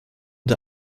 der